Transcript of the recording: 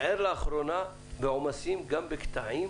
ער לאחרונה בעומסים גם בקטעים